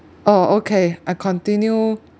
oh okay I continue